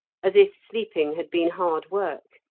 as if sleeping had been hard work.